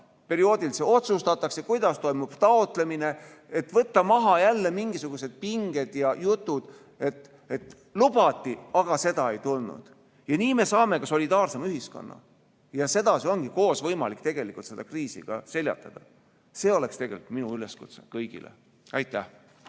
ajaperioodil see otsustatakse, kuidas toimub taotlemine, et võtta maha jälle mingisugused pinged ja jutud, et lubati, aga ei tulnud. Nii me saame ka solidaarsema ühiskonna ja sedasi koos on võimalik kriisi seljatada. See on minu üleskutse kõigile. Aitäh!